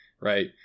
right